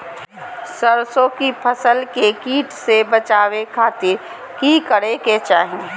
सरसों की फसल के कीट से बचावे खातिर की करे के चाही?